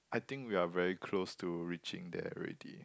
I think we're very close to reaching there already